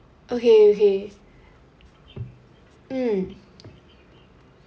okay okay mm